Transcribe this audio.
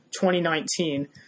2019